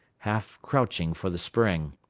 half crouching for the spring,